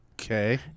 okay